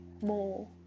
more